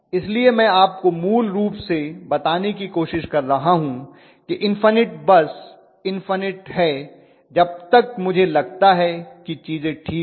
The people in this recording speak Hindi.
इसलिए मैं आपको मूल रूप से बताने की कोशिश कर रहा हूं कि इन्फनिट बस इन्फनिट है जब तक मुझे लगता है कि चीजें ठीक हैं